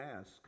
ask